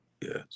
Yes